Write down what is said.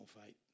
fight